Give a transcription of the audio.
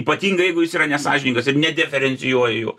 ypatingai jeigu jis yra nesąžiningas ir nedeferencijuoja jų